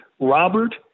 Robert